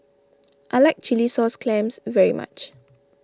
I like Chilli Sauce Clams very much